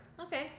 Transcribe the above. Okay